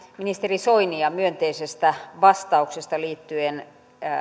ministeri soinia myönteisestä vastauksesta liittyen